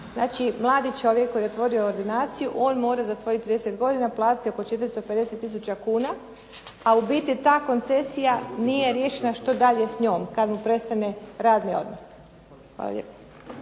Znači, mladi čovjek koji je otvorio ordinaciju on mora za kojih 30 godina platiti oko 450 tisuća kuna, a u biti ta koncesija nije riješena, što dalje s njom kad mu prestane radni odnos. Hvala